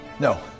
No